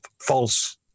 false